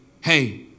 hey